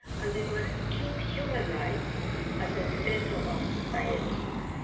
and we must keep human rights the centre of our societies,